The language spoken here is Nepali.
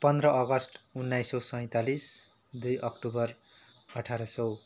पन्ध्र अगस्त उन्नाइस सौ सैँतालिस दुई अक्टोबर अठार सौ